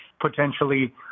potentially